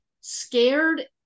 scared